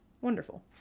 Wonderful